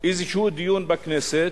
איזה דיון בכנסת,